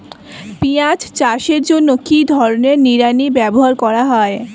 পিঁয়াজ চাষের জন্য কি ধরনের নিড়ানি ব্যবহার করা হয়?